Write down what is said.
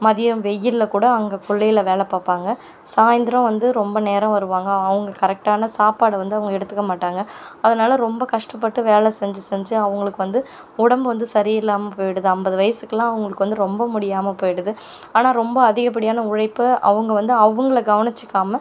மதியம் வெயிலில் கூட அங்கே கொல்லையில் வேலை பார்ப்பாங்க சாயந்தரம் வந்து ரொம்ப நேரம் வருவாங்க அவங்க கரெக்டான சாப்பாடு வந்து அவங்க எடுத்துக்க மாட்டாங்க அதனால் ரொம்ப கஷ்டப்பட்டு வேலை செஞ்சு செஞ்சு அவர்களுக்கு வந்து உடம்பு வந்து சரியில்லாம போய்டுது ஐம்பது வயதுக்குலாம் அவங்களுக்கு வந்து ரொம்ப முடியாமல் போய்டுது ஆனால் ரொம்ப அதிகப்படியான உழைப்பு அவங்க வந்து அவங்களை கவனிச்சுக்காம